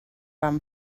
vam